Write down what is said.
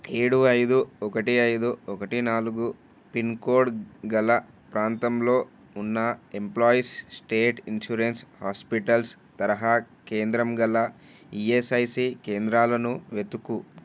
ఏడు ఐదు ఒకటి ఐదు ఒకటి నాలుగు పిన్కోడ్ గల ప్రాంతంలో ఉన్న ఎంప్లాయిస్ స్టేట్ ఇన్షూరెన్స్ హాస్పిటల్స్ తరహా కేంద్రం గల ఈఎస్ఐసి కేంద్రాలను వెతుకు